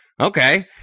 okay